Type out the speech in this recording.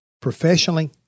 Professionally